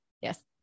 Yes